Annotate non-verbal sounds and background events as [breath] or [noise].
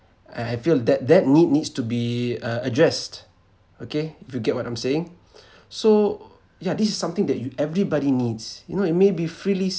and I feel that that need needs to be uh addressed okay if you get what I'm saying [breath] so yeah this is something that you everybody needs you know it may be frilly